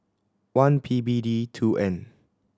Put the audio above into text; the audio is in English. one P B D two N